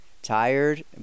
Tired